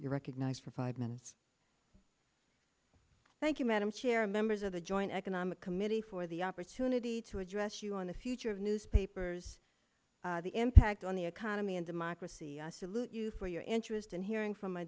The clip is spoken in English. to recognize for five minutes thank you madam chair members of the joint economic committee for the opportunity to address you on the future of newspapers the impact on the economy and democracy i salute you for your interest and hearing from